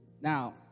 Now